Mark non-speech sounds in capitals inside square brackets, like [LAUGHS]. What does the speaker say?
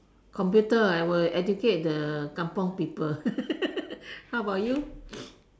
computer I will educate the kampong people [LAUGHS] how about you